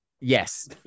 Yes